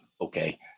okay